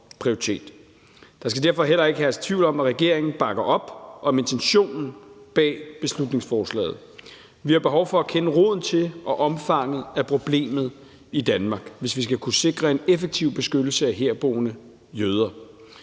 Der skal derfor heller ikke herske tvivl om, at regeringen bakker op om intentionen bag beslutningsforslaget. Vi har behov for at kende roden til og omfanget af problemet i Danmark, hvis vi skal kunne sikre en effektiv beskyttelse af herboende jøder.